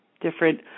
different